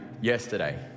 yesterday